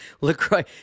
LaCroix